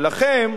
אבל לכם,